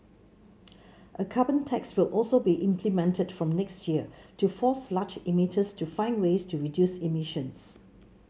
a carbon tax will also be implemented from next year to force large emitters to find ways to reduce emissions